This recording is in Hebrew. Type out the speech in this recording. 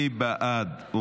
מי בעד?